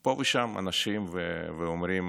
פה ושם אנשים ואומרים: